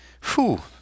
phew